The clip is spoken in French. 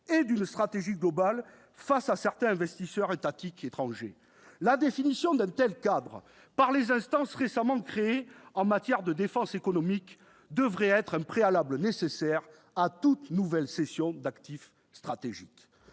et d'une stratégie globale, face à certains investisseurs étatiques étrangers. La définition d'un tel cadre par les instances récemment créées en matière de défense économique devrait être un préalable nécessaire à toute nouvelle cession d'actifs stratégiques.